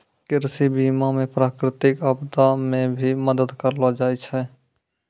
कृषि बीमा मे प्रकृतिक आपदा मे भी मदद करलो जाय छै